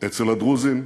אצל הדרוזים,